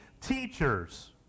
teachers